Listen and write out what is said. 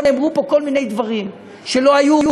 נאמרו פה כל מיני דברים שלא היו,